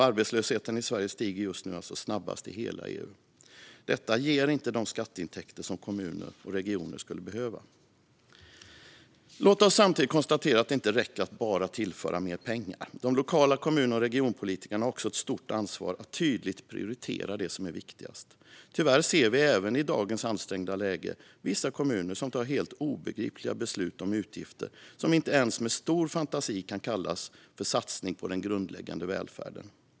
Arbetslösheten i Sverige stiger just nu alltså snabbast i hela EU. Detta ger inte de skatteintäkter som kommuner och regioner skulle behöva. Låt oss samtidigt konstatera att det inte räcker att bara tillföra mer pengar. De lokala kommun och regionpolitikerna har också ett stort ansvar att tydligt prioritera det som är viktigast. Tyvärr ser vi även i dagens ansträngda läge vissa kommuner som tar helt obegripliga beslut om utgifter som inte ens med stor fantasi kan kallas för satsningar på den grundläggande välfärden.